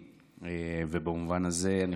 במובן הזה, אני חושב שזה משהו